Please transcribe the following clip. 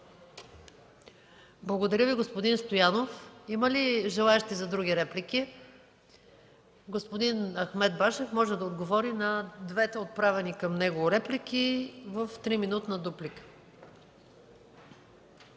Благодаря Ви, господин Стоянов. Има ли желаещи за други реплики? Господин Ахмед Башев може да отговори на двете отправени към него реплики в 3-минутна дуплика.